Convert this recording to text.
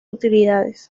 utilidades